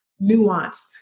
nuanced